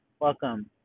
Welcome